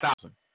thousand